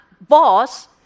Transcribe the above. boss